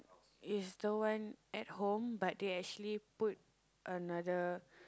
is the one at home but they actually put another